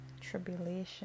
tribulation